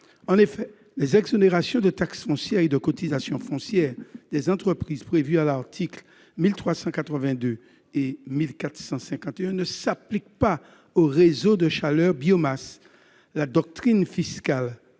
En effet, les exonérations de taxe foncière et de cotisation foncière des entreprises prévues à l'article 1382 et à l'article 1451 ne s'appliquent pas aux réseaux de chaleur biomasse. La doctrine fiscale